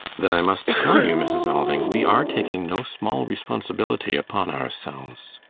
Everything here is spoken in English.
then i must tell you, mrs. alving we are taking no small responsibility upon ourselves.